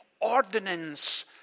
ordinance